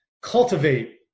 cultivate